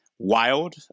Wild